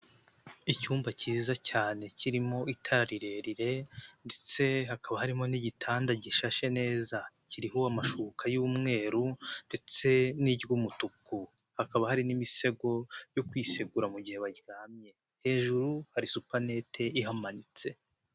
Icyumba cyiza cyane kirimo itara rirerire ndetse hakaba harimo n'igitanda gishashe neza, kiriho amashuka y'umweru ndetse n'iry'umutuku, hakaba hari n'imisego yo kwisegura mugihe baryamye. Hejuru hari supanete ihamanitse.